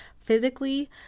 physically